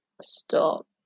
Stop